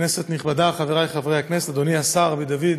כנסת נכבדה, חברי חברי הכנסת, אדוני השר, רבי דוד,